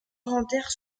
inventaire